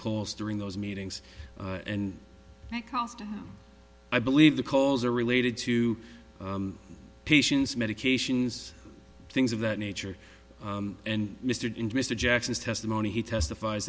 calls during those meetings and i believe the calls are related to patients medications things of that nature and mr mr jackson's testimony he testifies